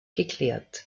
geklärt